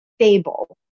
stable